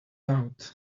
out